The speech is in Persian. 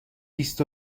بیست